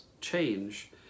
change